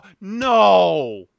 No